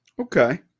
Okay